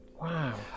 Wow